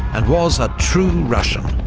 and was a true russian,